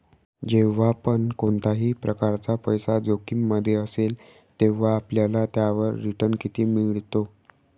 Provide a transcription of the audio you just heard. जेव्हा पण कोणत्याही प्रकारचा पैसा जोखिम मध्ये असेल, तेव्हा आपल्याला त्याच्यावर रिटन किती मिळतो?